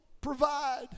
provide